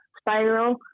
spiral